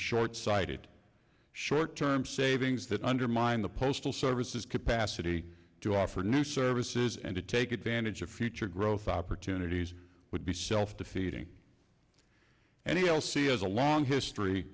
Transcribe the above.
short sighted short term savings that undermine the postal services capacity to offer new services and to take advantage of future growth opportunities would be self defeating and he will see as a long history